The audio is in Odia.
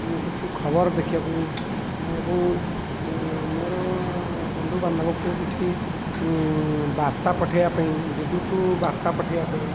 କିଛି ଖବର ଦେଖିବାକୁ ଏବଂ ମୋର ବନ୍ଧୁବାନ୍ଧବକୁ କିଛି ବାର୍ତ୍ତା ପଠେଇବା ପାଇଁ ବିଦ୍ୟୁତ୍ ବାର୍ତ୍ତା ପଠେଇବା ପାଇଁ